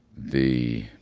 the